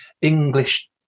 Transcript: English